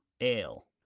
ale